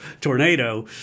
tornado